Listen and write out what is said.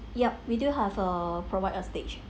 yup we do have uh provide a stage